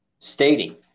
Stating